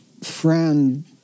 friend